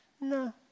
No